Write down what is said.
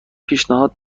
پیشنهاد